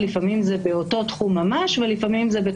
זה חוק נורא מסובך,